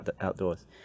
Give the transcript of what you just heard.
outdoors